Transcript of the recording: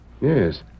Yes